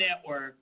network